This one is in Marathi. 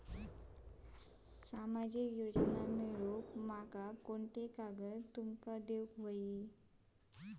सामाजिक योजना मिलवूक माका कोनते कागद तुमका देऊक व्हये?